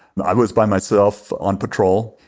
and i was by myself on patrol.